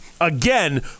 again